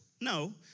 No